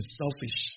selfish